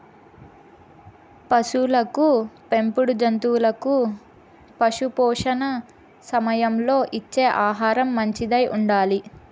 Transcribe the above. పసులకు పెంపుడు జంతువులకు పశుపోషణ సమయంలో ఇచ్చే ఆహారం మంచిదై ఉండాలి